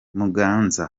muganza